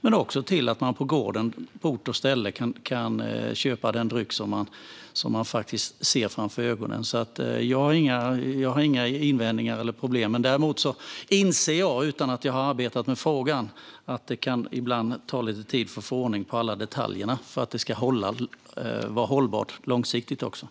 Dessutom skulle man på ort och ställe kunna köpa den dryck som man ser framför ögonen. Jag har alltså inga invändningar mot eller problem med detta. Men utan att ha arbetat med frågan inser jag att det kan ta lite tid att få ordning på alla detaljer för att det ska bli långsiktigt hållbart.